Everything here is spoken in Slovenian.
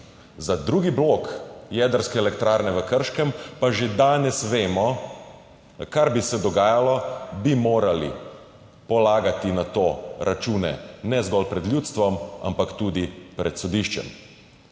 Za drugi blok jedrske elektrarne v Krškem, pa že danes vemo, kaj bi se dogajalo, bi morali polagati na to račune, ne zgolj pred ljudstvom, ampak tudi pred sodiščem.